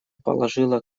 положила